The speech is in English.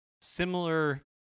similar